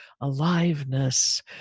aliveness